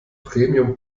premium